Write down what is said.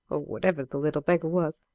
or whatever the little beggar was,